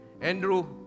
Andrew